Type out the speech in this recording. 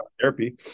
therapy